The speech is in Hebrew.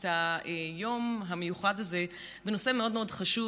את היום המיוחד הזה לנושא מאוד מאוד חשוב,